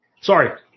Sorry